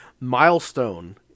milestone